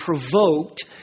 provoked